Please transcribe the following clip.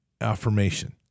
affirmation